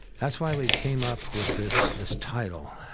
that's why we came up with this this title.